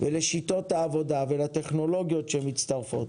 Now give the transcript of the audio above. ולשיטות העבודה ולטכנולוגיות שמצטרפות.